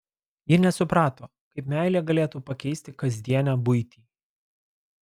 ji nesuprato kaip meilė galėtų pakeisti kasdienę buitį